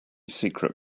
secret